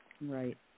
right